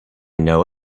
know